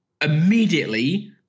immediately